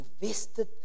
invested